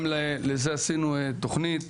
גם לזה עשינו תוכנית